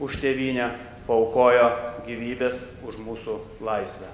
už tėvynę paaukojo gyvybes už mūsų laisvę